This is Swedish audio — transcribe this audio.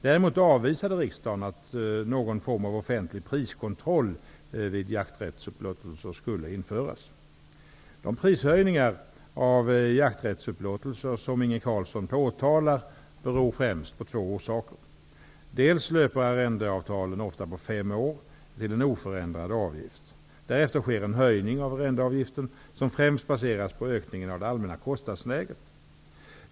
Däremot avvisade riksdagen att någon form av offentlig priskontroll vid jakträttsupplåtelser skulle införas. Carlsson påtalar beror främst på två orsaker. Dels löper arrendeavtalen ofta på fem år till en oförändrad avgift. Därefter sker en höjning av arrendeavgiften som främst baserar sig på ökningen av det allmänna kostnadsläget.